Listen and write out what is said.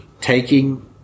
Taking